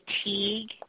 fatigue